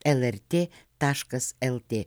lrt taškas lt